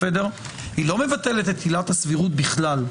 היא לא מבטלת את עילת הסבירות בכלל,